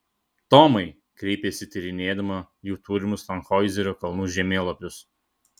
tomai kreipėsi tyrinėdama jų turimus tanhoizerio kalnų žemėlapius